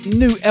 new